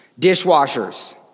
Dishwashers